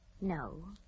No